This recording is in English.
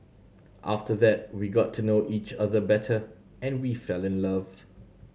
after that we got to know each other better and we fell in love